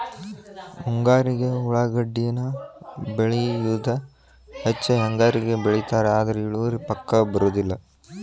ಮುಂಗಾರಿಗೆ ಉಳಾಗಡ್ಡಿನ ಬೆಳಿಯುದ ಹೆಚ್ಚ ಹೆಂಗಾರಿಗೂ ಬೆಳಿತಾರ ಆದ್ರ ಇಳುವರಿ ಪಕ್ಕಾ ಬರುದಿಲ್ಲ